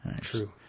True